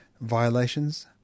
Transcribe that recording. violations